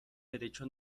derecho